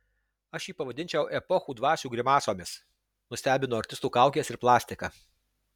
aš jį pavadinčiau epochų dvasių grimasomis nustebino artistų kaukės ir plastika